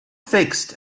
fixed